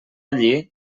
allí